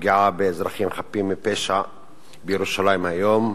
פגיעה באזרחים חפים מפשע בירושלים היום.